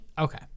Okay